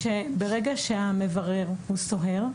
ברגע שהמברר הוא סוהר,